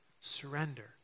Surrender